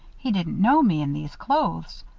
he didn't know me in these clothes.